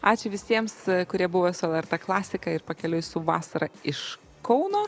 ačiū visiems kurie buvo su lrt klasika ir pakeliui su vasara iš kauno